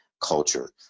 culture